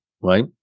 right